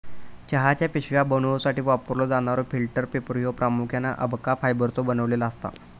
चहाच्या पिशव्या बनवूसाठी वापरलो जाणारो फिल्टर पेपर ह्यो प्रामुख्याने अबका फायबरचो बनलेलो असता